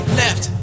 left